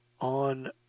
On